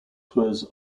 tours